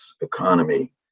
economy